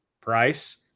price